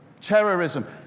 Terrorism